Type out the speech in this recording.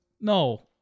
No